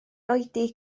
oedi